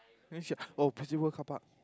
maybe she oh Beauty-World carpark